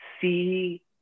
see